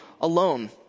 alone